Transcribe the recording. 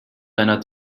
deiner